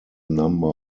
number